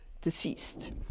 deceased